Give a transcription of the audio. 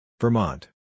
Vermont